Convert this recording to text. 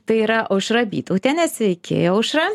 tai yra aušra vytautienė sveiki aušra